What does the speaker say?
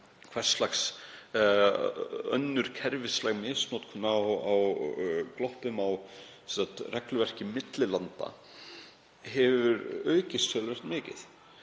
hvers lags önnur kerfislæg misnotkun á gloppum í regluverki milli landa hefur aukist töluvert mikið.